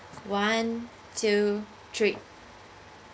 one two three